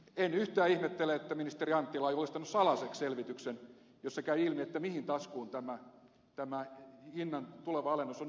en yhtään ihmettele että ministeri anttila on julistanut salaiseksi selvityksen jossa käy ilmi mihin taskuun tämä hinnan tuleva alennus on nyt jo mennyt